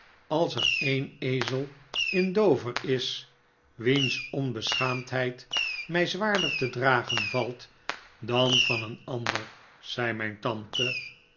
als er een ezel in dover is wiens onbeschaamdheid mij zwaarder te dragen valt dan van een ander zei mijn tante